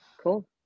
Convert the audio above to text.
Cool